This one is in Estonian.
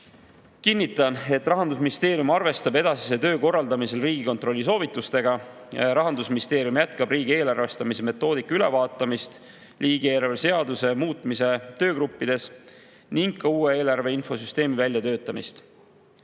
Kinnitan, et Rahandusministeerium arvestab edasise töö korraldamisel Riigikontrolli soovitustega. Rahandusministeerium jätkab riigi eelarvestamise metoodika ülevaatamist riigieelarve seaduse muutmise töögruppides ning ka uue eelarveinfosüsteemi väljatöötamist.